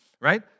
right